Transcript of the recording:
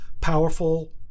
powerful